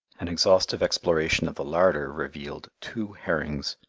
an exhaustive exploration of the larder revealed two herrings,